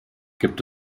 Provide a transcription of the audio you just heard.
gibt